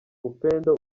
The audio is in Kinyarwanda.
upendo